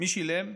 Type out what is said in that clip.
מי שילם?